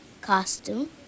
costume